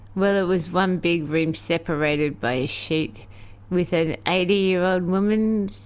well, it was one big room separated by a sheet with an eighty year old women.